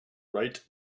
wright